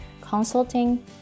consulting